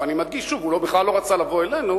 אני מדגיש שוב שהוא בכלל לא רצה לבוא אלינו,